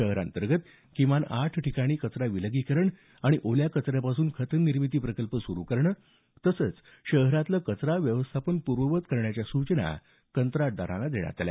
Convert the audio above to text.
शहरांतर्गत किमान आठ ठिकाणी कचरा विलगीकरण आणि ओल्या कचऱ्यापासून खत निर्मिती प्रकल्प सुरु करणं तसंच शहरातलं कचरा व्यवस्थापन पूर्ववत करण्याच्या सूचना देण्यात आल्या